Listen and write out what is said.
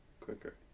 quicker